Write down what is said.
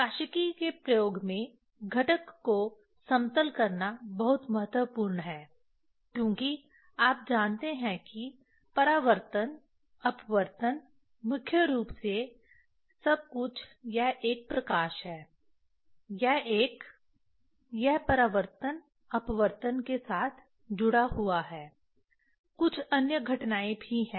प्रकाशिकी के प्रयोग में घटक को समतल करना बहुत महत्वपूर्ण है क्योंकि आप जानते हैं कि परावर्तन अपवर्तन मुख्य रूप से सब कुछ यह एक प्रकाश है यह एक यह परावर्तन अपवर्तन के साथ जुड़ा हुआ है कुछ अन्य घटनाएं भी हैं